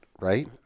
right